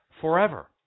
forever